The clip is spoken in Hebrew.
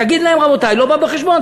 תגיד להם: רבותי, לא בא בחשבון.